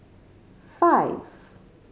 five